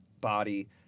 body